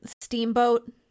steamboat